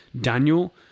Daniel